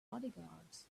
bodyguards